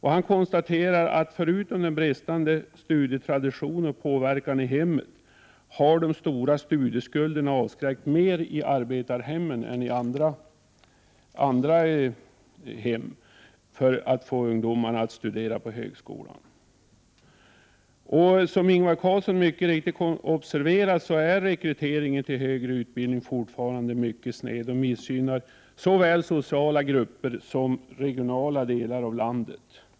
Han konstaterar att förutom den bristande studietraditionen och påverkan i hemmet har de stora studieskulderna avskräckt ungdomar från arbetarhem mer än ungdomar från andra hem att studera vid högskolan. Som Ingvar Carlsson mycket riktigt observerat är rekryteringen till högre utbildning fortfarande mycket sned och missgynnar såväl vissa sociala grupper som vissa regioner i landet.